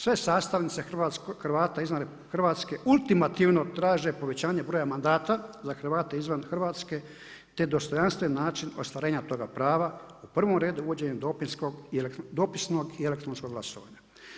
Sve sastavnice Hrvata izvan RH, ultimativno povećanje broja mandata za Hrvate izvan Hrvatske, te dostojanstven način ostvarenja toga prava, u prvom redu uvođenjem dopisnog i elektronskog glasovanja.